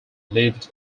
lived